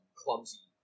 clumsy